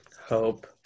Hope